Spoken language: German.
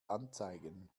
anzeigen